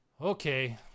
Okay